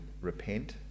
repent